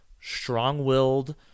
strong-willed